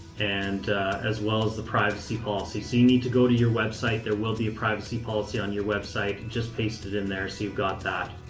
and as well as the privacy policy. so you need to go to your website. there will be a privacy policy on your website, just paste it in there so you've got that.